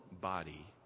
body